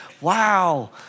wow